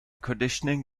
conditioning